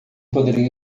poderia